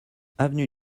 avenue